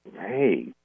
hey